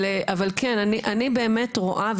אבל כן אני באמת רואה,